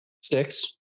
Six